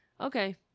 Okay